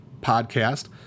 podcast